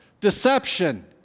deception